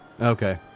Okay